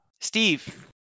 Steve